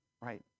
right